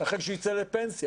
כשהוא יצא לפנסיה.